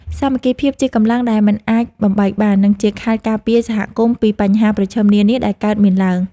សាមគ្គីភាពជាកម្លាំងដែលមិនអាចបំបែកបាន និងជាខែលការពារសហគមន៍ពីបញ្ហាប្រឈមនានាដែលកើតមានឡើង។